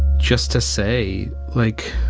just to say, like.